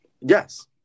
Yes